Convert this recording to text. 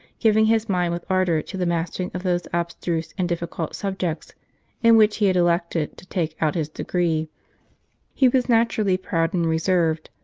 giving his mind with ardour to the mastering of those abstruse and difficult subjects in which he had elected to take out his degree he was naturally proud and reserved,